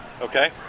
Okay